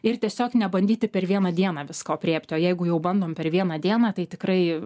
ir tiesiog nebandyti per vieną dieną visko aprėpti o jeigu jau bandom per vieną dieną tai tikrai